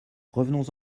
revenons